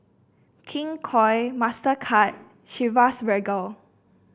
King Koil Mastercard Chivas Regal